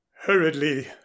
Hurriedly